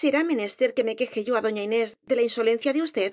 será menester que me que je yo á doña inés de la insolencia de usted